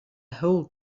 whole